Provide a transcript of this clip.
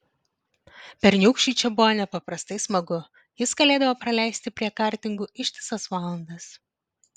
berniūkščiui čia buvo nepaprastai smagu jis galėdavo praleisti prie kartingų ištisas valandas